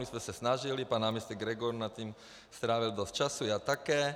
My jsme se snažili, pan náměstek Gregor nad tím strávil dost času, já také.